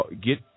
get